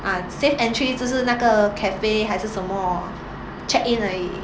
ah safe entry 就是那个 cafe 还是什么 check in 而已